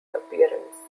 appearance